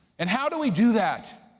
and how do we do that?